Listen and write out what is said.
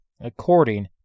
according